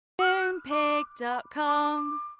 Moonpig.com